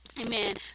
Amen